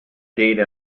data